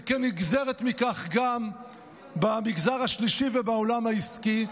וכנגזרת מכך גם במגזר השלישי ובעולם העסקי.